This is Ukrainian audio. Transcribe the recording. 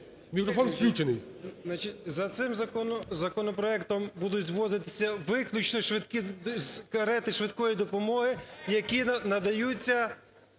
Мікрофон включений.